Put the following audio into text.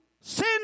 Sin